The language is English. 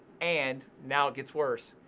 and, now it gets worse.